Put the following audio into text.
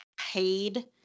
paid